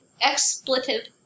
expletive